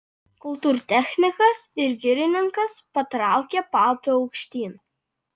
kultūrtechnikas ir girininkas patraukė paupiu aukštyn